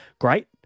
Great